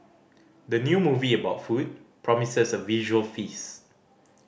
the new movie about food promises a visual feast